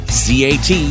cat